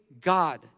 God